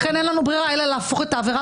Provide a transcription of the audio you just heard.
לכן אין לנו ברירה אלא להפוך את העבירה